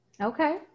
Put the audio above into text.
Okay